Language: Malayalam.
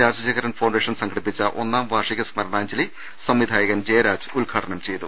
രാജശേഖരൻ ഫൌണ്ടേഷൻ സംഘടിപ്പിച്ച ഒന്നാം വാർഷിക സ്മരണാഞ്ജലി സംവിധായകൻ ജയരാജ് ഉദ്ഘാടനം ചെയ്തു